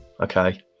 Okay